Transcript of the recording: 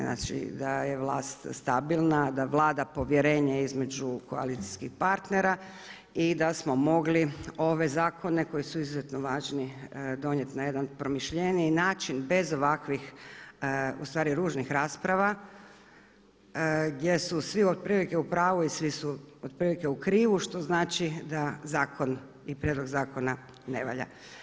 Znači da je vlast stabilna, da vlada povjerenje između koalicijskih partnera i da smo mogli ove zakone koji su izuzetno važni donijeti na jedan promišljeniji način bez ovakvih u stvari ružnih rasprava gdje su svi od prilike u pravu i svi su otprilike u krivu što znači da zakon i prijedlog zakona ne valja.